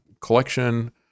collection